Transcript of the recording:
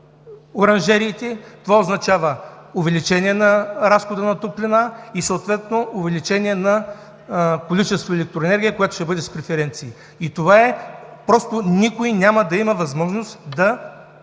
Това означава увеличение на разхода на топлина, съответно увеличение на количеството на електроенергията, която ще бъде с преференции. Така никой няма да има възможност да